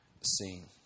seen